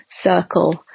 circle